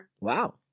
Wow